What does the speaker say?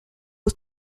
ist